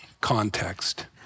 context